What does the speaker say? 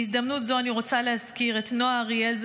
בהזדמנות זו אני רוצה להזכיר את נועה אריאל,